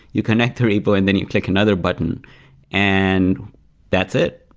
you connect the repo and then you click another button and that's it.